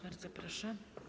Bardzo proszę.